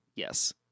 Yes